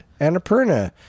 Annapurna